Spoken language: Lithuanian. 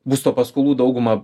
būsto paskolų dauguma